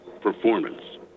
performance